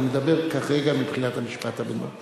אני מדבר כרגע מבחינת המשפט הבין-לאומי.